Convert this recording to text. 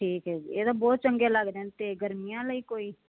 ਠੀਕ ਹੈ ਜੀ ਇਹ ਤਾਂ ਬਹੁਤ ਚੰਗੇ ਲੱਗਦੇ ਨੇ ਅਤੇ ਗਰਮੀਆਂ ਲਈ ਕੋਈ